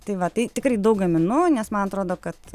tai va tai tikrai daug gaminu nes man atrodo kad